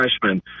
freshman